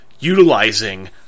Utilizing